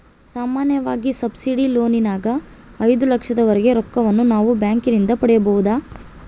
ಸಾಮಾನ್ಯವಾಗಿ ಸಬ್ಸಿಡಿ ಲೋನಿನಗ ಐದು ಲಕ್ಷದವರೆಗೆ ರೊಕ್ಕವನ್ನು ನಾವು ಬ್ಯಾಂಕಿನಿಂದ ಪಡೆಯಬೊದು